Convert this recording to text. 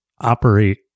operate